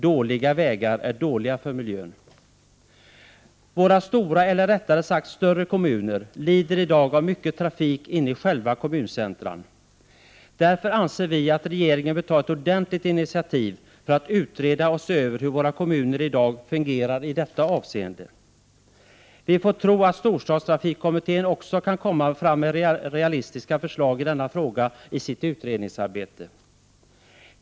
Dåliga vägar är dåliga för miljön. Våra stora, eller rättare sagt större, kommuner lider i dag av mycken trafik inne i själva kommuncentrumen. Därför anser vi att regeringen bör ta ett ordentligt initiativ till att utreda och se över hur våra kommuner i dag fungerar i detta avseende. Vi får hoppas och tro att storstadstrafikkommittén också kan komma fram med realistiska förslag i denna fråga i sitt utredningsarbete.